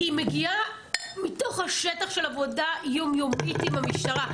היא מגיעה מתוך השטח של עבודה יום יומית עם המשטרה.